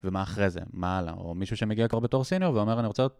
ומה אחרי זה? מה הלאה? או מישהו שמגיע כבר בתור סניור ואומר, אני רוצה...